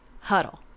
huddle